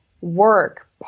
work